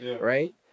right